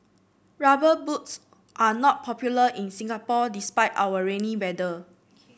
rubber boots are not popular in Singapore despite our rainy weather